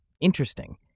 Interesting